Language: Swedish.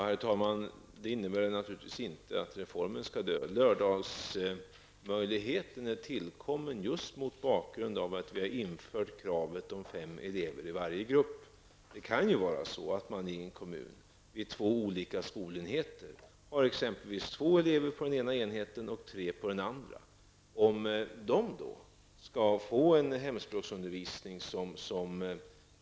Herr talman! Det innebär naturligtvis inte ett slut för reformen. Lördagsundervisningen har tillkommit just mot bakgrunden av att vi har infört kravet att det skall vara fem elever i varje grupp. Det kan ju vara så att man i en kommun har två hemspråkselever på en skolenhet och tre på en annan.